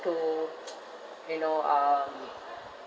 to you know um